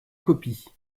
copie